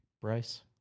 Bryce